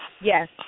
Yes